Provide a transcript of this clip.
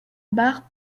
bar